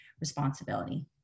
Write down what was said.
responsibility